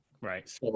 Right